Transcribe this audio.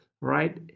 right